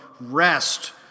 rest